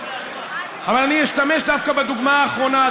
אבל אני אשתמש דווקא בדוגמה האחרונה,